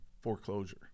foreclosure